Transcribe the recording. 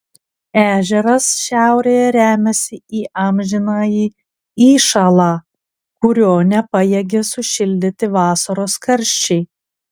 ežeras šiaurėje remiasi į amžinąjį įšąlą kurio nepajėgia sušildyti vasaros karščiai